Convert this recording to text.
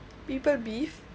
people beef